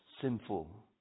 sinful